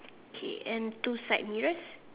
okay and two side mirrors